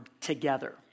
together